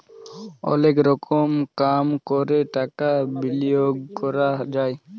অলেক রকম কাম ক্যরে টাকা বিলিয়গ ক্যরা যায়